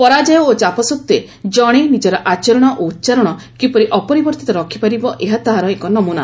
ପରାଜୟ ଓ ଚାପ ସତ୍ତ୍ୱେ ଜଣେ ନିଜର ଆଚରଣ ଓ ଉଚ୍ଚାରଣ କିପରି ଅପରିବର୍ତ୍ତ ରଖିପାରିବ ଏହା ତାହାର ଏକ ନମୁନା